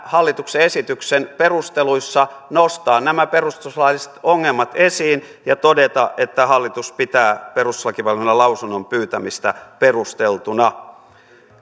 hallituksen esityksen perusteluissa nostaa nämä perustuslailliset ongelmat esiin ja todeta että hallitus pitää perustuslakivaliokunnan lausunnon pyytämistä perusteltuna